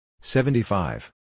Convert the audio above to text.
seventy-five